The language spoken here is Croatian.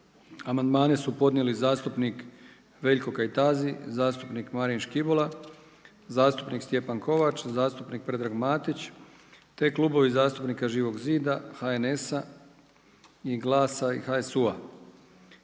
Amandmani su podnijeli zastupnik Veljko Kajtazi, zastupnik Marin Škibola, zastupnik Stjepan Kovač, zastupnik Predrag Matić te Klubovi zastupnika Živog zida, HNS-a i GLAS-a i HSU-a.